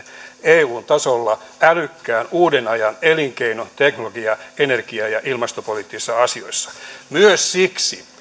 eun tasolla älykkäässä uuden ajan elinkeinoteknologiassa energia ja ilmastopoliittisissa asioissa myös siksi